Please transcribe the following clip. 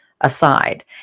aside